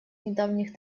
недавних